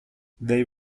they